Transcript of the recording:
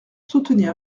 soutenir